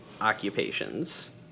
occupations